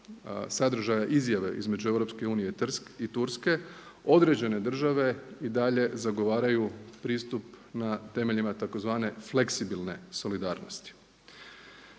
sadržaja izjave između EU i Turske određene države i dalje zagovaraju pristup na temeljima tzv. fleksibilne solidarnosti.